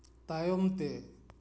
ᱛᱟᱭᱚᱢ ᱛᱮ